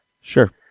Sure